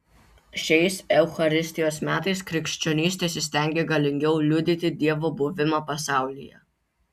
šiais eucharistijos metais krikščionys tesistengia galingiau liudyti dievo buvimą pasaulyje